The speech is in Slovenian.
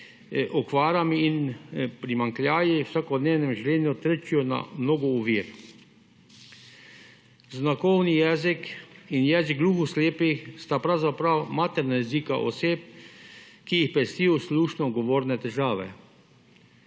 okvarami in primanjkljaji v vsakodnevnem življenju trčijo na mnogo ovir. Znakovni jezik in jezik gluhoslepih sta pravzaprav materna jezika oseb, ki jih pestijo slušno-govorne težave.